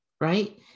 right